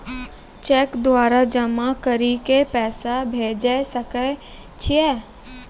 Cheque द्वारा जमा करि के पैसा भेजै सकय छियै?